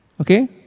okay